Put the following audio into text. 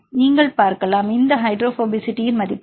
எனவே நீங்கள் பார்க்கலாம் இந்த ஹைட்ரோபோபசிட்டி மதிப்புகள்